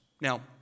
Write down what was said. Now